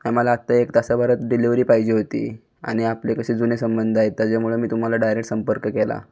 आम्हाला आत्ता एक तासाभरात डिलेवरी पाहिजे होती आणि आपले कसे जुने संबंध आहेत त्याच्यामुळं मी तुम्हाला डायरेक्ट संपर्क केला